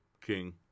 King